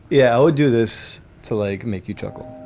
yeah, i would do this to, like, make you chuckle.